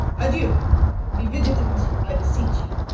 adieu be vigitant, i beseech you.